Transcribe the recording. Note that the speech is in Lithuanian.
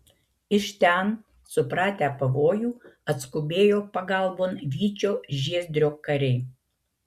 iš ten supratę pavojų atskubėjo pagalbon vyčio žiezdrio kariai